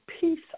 peace